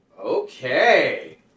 Okay